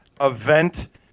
event